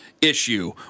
issue